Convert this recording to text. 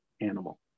animal